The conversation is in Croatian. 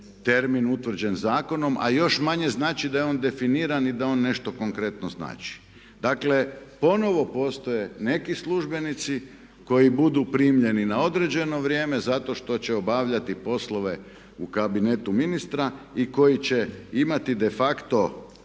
termin utvrđen zakonom a još manje znači da je on definiran i da on nešto konkretno znači. Dakle, ponovno postoje neki službenici koji budu primijenjeni na određeno vrijeme zato što će obavljati poslove u kabinetu ministra i koji će imati de facto